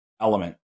element